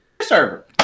Server